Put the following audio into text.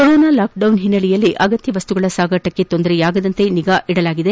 corona lockdown ಓನ್ನೆಲೆಯಲ್ಲಿ ಅಗತ್ಯ ವಸ್ತುಗಳ ಸಾಗಾಟಕ್ಕೆ ತೊಂದರೆಯಾಗದಂತೆ ನಿಗಾ ವಹಿಸಲಾಗಿದೆ